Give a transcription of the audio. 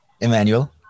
Emmanuel